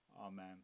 Amen